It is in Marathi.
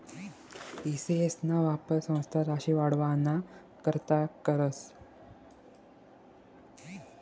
ई सी.एस ना वापर संस्था राशी वाढावाना करता करतस